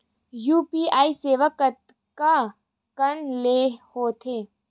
UPI सेवाएं कतका कान ले हो थे?